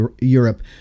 europe